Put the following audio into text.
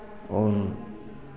और